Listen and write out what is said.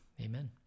amen